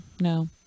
no